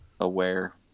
aware